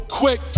quick